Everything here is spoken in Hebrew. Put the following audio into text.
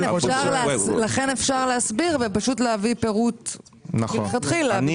לכן אפשר להסביר ופשוט להביא פירוט מלכתחילה במקום